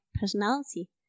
personality